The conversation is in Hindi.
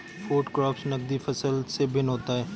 फूड क्रॉप्स नगदी फसल से भिन्न होता है